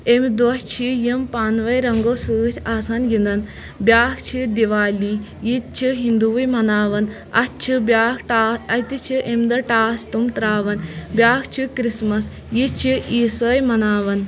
اٮ۪مہِ دۄہ چھِ یِم پانہٕ ؤنۍ رنٛگو سۭتۍ آسان گِنٛدان بیٛاکھ چھِ دیوالی یِتہِ چھِ ہندووٕے مَناوَن اَتھ چھِ بیٛاکھ ٹا اَتہِ چھِ اٮ۪مہِ دۄہ ٹاس تِم ترٛاوان بیٛاکھ چھُ کِرٛسمَس یہِ چھِ عیٖسٲے مَناوان